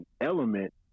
element